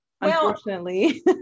unfortunately